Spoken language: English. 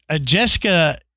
Jessica